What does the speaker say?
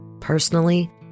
Personally